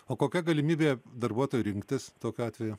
o kokia galimybė darbuotojui rinktis tokiu atveju